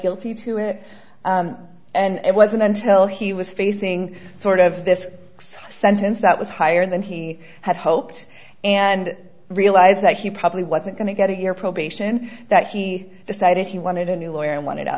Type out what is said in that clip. guilty to it and it wasn't until he was facing sort of this sentence that was higher than he had hoped and realized that he probably wasn't going to get a year probation that he decided he wanted a new lawyer and wanted out